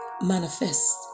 manifest